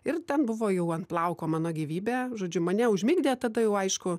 ir ten buvo jau ant plauko mano gyvybė žodžiu mane užmigdė tada jau aišku